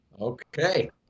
Okay